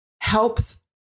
helps